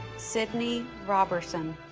sydney roberson